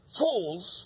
fools